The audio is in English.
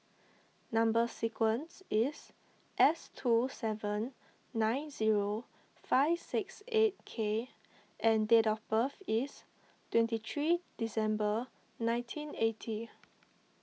Number Sequence is S two seven nine zero five six eight K and date of birth is twenty three December nineteen eighty